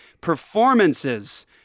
performances